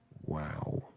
Wow